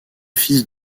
fils